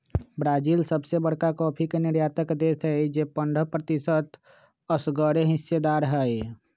Brazil सबसे बरका coffee के निर्यातक देश हई जे पंडह प्रतिशत असगरेहिस्सेदार हई